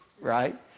right